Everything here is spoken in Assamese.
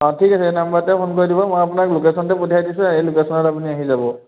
অঁ ঠিক আছে এই নাম্বাৰতে ফোন কৰি দিব মই আপোনাক লোকেশ্যনটো পঠিয়াই দিছো এই লোকেশ্যনত আপুনি আহি যাব